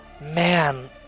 Man